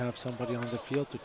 have somebody on the field to